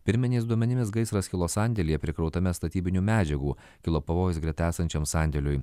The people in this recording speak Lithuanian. pirminiais duomenimis gaisras kilo sandėlyje prikrautame statybinių medžiagų kilo pavojus greta esančiam sandėliui